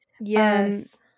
Yes